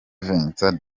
vincent